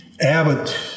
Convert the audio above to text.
Abbott